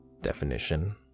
Definition